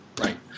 Right